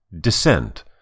Descent